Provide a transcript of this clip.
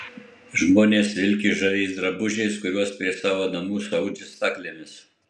žmonės vilki žaviais drabužiais kuriuos prie savo namų audžia staklėmis